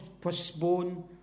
postpone